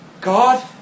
God